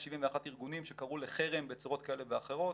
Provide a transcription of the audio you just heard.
171 ארגונים שקראו לחרם בצורות כאלה ואחרות.